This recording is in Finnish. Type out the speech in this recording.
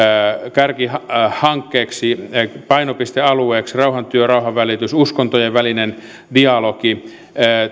kärkihankkeeksi ja painopistealueeksi rauhantyö rauhanvälitys uskontojen välinen dialogi